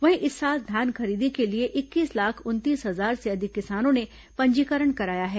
वहीं इस साल धान खरीदी के लिए इक्कीस लाख उनतीस हजार से अधिक किसानों ने पंजीकरण कराया है